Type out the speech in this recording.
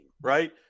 right